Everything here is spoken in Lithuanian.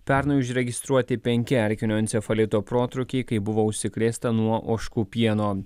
pernai užregistruoti penki erkinio encefalito protrūkiai kai buvo užsikrėsta nuo ožkų pieno